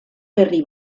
berri